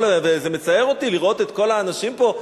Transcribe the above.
וזה מצער אותי לראות את כל האנשים פה,